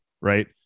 right